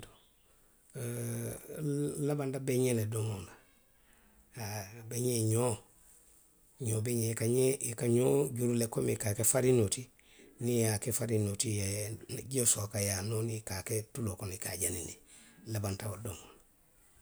Euh nlabanta beňee le domoo la. Haa beňee, ňoo, ňoo beňee, i ka ňee, i ka ňoo juruu le komiŋ i ka a ke fariňoo ti. Niŋ i ye a ke fariňoo ti. i ye jio soo a kaŋ, i ye a nooni i kaa a ke, i ka a ke tuloo kono i ka a jaani, nlabanta wo le domo la.,.